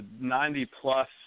90-plus